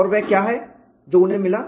और वह क्या है जो उन्हें मिला